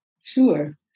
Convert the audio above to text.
Sure